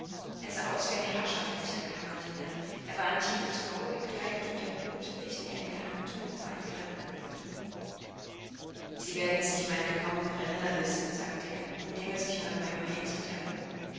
er sah aus wie ein herrschaftlicher kammerdiener er war in tiefe trauer gekleidet und der hut welchen er in der hand trug war in krepp gehüllt sie werden sich meiner kaum noch erinnern miß sagte er indem er sich bei meinem eintritt erhob